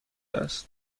است